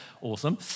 Awesome